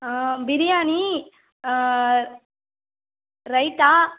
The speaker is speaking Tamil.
ஆ பிரியாணி ரைத்தா